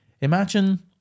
Imagine